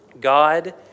God